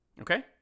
Okay